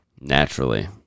naturally